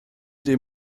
dem